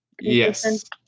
Yes